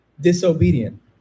disobedient